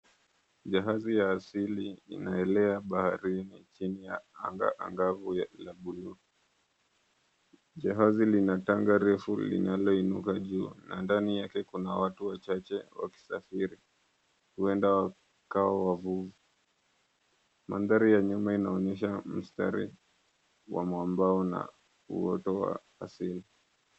Jahazi ya asili inaelea baharini chini ya anga angavu la buluu. Jahazi lina tanga refu linaloinuka juu, na ndani yake kuna watu wachache wakisafiri. Huenda wakawa wavuvi. Mandhari ya nyuma inaonyesha mstari wa mwambao na uoto wa asili.